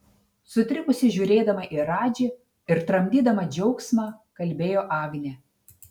sutrikusi žiūrėdama į radži ir tramdydama džiaugsmą kalbėjo agnė